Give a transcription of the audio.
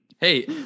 Hey